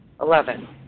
Eleven